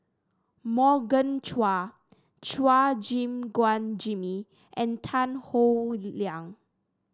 Morgan Chua Chua Gim Guan Jimmy and Tan Howe Liang